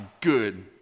good